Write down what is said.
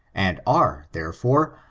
and are, therefore,